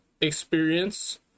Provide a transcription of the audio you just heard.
experience